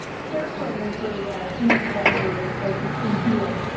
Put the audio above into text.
care planning for each category, as you see here,